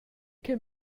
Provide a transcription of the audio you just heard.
che